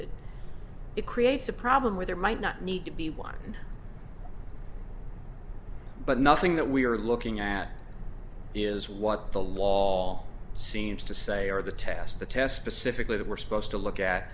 it creates a problem with there might not need to be one but nothing that we are looking at is what the law seems to say or the test the test pacifically that we're supposed to look at